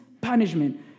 punishment